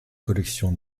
collections